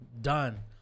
done